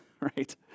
right